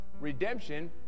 redemption